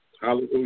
Hallelujah